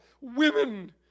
women